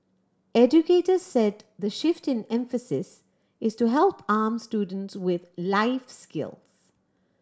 educators said the shift in emphasis is to help arm students with life skills